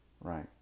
right